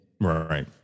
Right